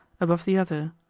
above the other,